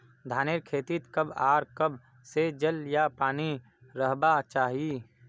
धानेर खेतीत कब आर कब से जल या पानी रहबा चही?